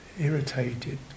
irritated